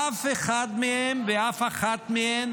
אף אחד מהם ואף אחת מהן